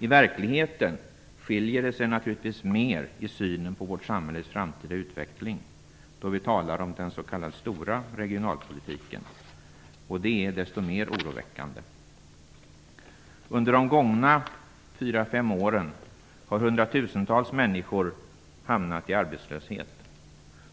I verkligheten skiljer det sig naturligtvis mera i synen på vårt samhälles framtida utveckling då vi talar om den s.k. stora regionalpolitiken. Det är desto mer oroväckande. Under de gångna fyra fem åren har hundratusentals människor hamnat i arbetslöshet.